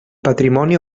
patrimoni